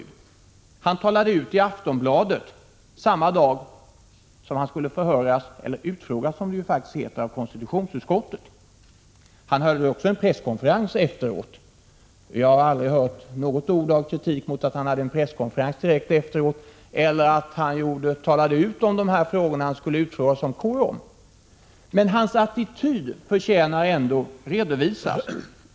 Sten Wickbom talade ut i Aftonbladet, samma dag som han skulle utfrågas av konstitutionsutskottet. Han höll också en presskonferens efteråt. Jag har aldrig hört något ord av kritik mot att han höll denna presskonferens direkt efteråt eller att han talade ut om de frågor han skulle utfrågas av KU om, men hans attityd förtjänar ändå att redovisas.